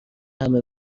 همه